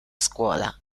scuola